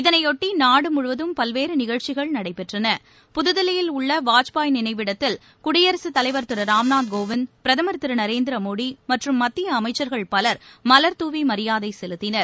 இதனையொட்டி நாடு முழுவதம் பல்வேறு நிகழ்ச்சிகள் நடைபெற்றன புதுதில்லியில் உள்ள வாஜ்பாய் நினைவிடத்தில் குடியரசுத் தலைவா் திரு ராம்நாத் கோவிந்த் பிரதமா் திரு நரேந்திரமோடி மற்றும் மத்திய அமைச்சர்கள் பலர் மலர்தூவி மரியாதை செலுத்தினர்